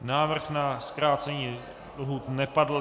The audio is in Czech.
Návrh na zkrácení lhůt nepadl.